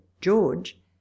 george